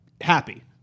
happy